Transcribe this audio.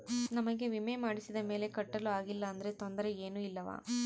ನಮಗೆ ವಿಮೆ ಮಾಡಿಸಿದ ಮೇಲೆ ಕಟ್ಟಲು ಆಗಿಲ್ಲ ಆದರೆ ತೊಂದರೆ ಏನು ಇಲ್ಲವಾ?